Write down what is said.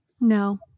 No